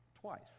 twice